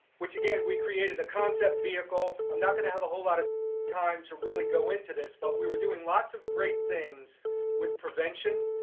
which again, we created a concept vehicle. i'm not gonna have a whole lot of time to really go into this, but we were doing lots of great things with prevention,